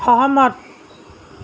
সহমত